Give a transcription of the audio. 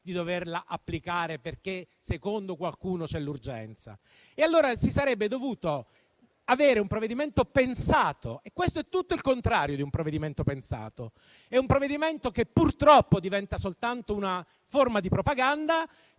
di doverla applicare perché secondo qualcuno c'è l'urgenza. Allora si sarebbe dovuto avere un provvedimento pensato, ma questo è tutto il contrario di un provvedimento pensato. È un provvedimento che purtroppo è soltanto una forma di propaganda,